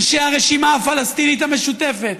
אנשי הרשימה הפלסטינית המשותפת,